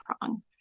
prong